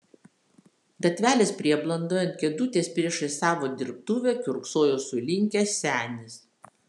gatvelės prieblandoje ant kėdutės priešais savo dirbtuvę kiurksojo sulinkęs senis